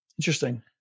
interesting